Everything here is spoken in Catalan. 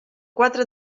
quatre